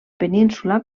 península